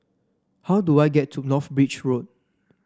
how do I get to North Bridge Road